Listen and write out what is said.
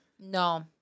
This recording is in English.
No